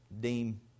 deem